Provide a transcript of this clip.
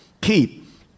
keep